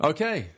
Okay